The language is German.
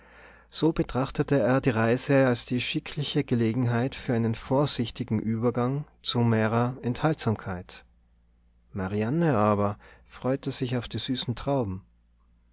so betrachtete er die reise als die schickliche gelegenheit für einen vorsichtigen übergang zu mehrerer enthaltsamkeit marianne aber freute sich auf die süßen trauben